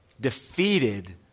defeated